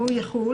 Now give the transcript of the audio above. והוא יחול